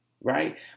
right